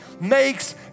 makes